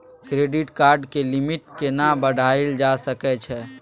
Credit card के limit केना बढायल जा सकै छै?